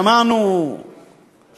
הנושא הוא עדיין המשבר במשא-ומתן עם